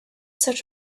such